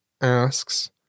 asks